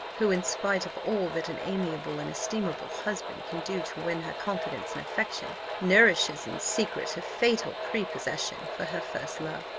who, in spite of all that an amiable and estimable husband can do to win her confidence and affection, nourishes in secret a fatal prepossession for her first love,